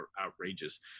outrageous